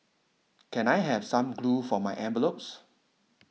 can I have some glue for my envelopes